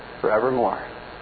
forevermore